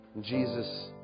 Jesus